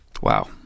Wow